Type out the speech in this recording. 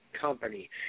company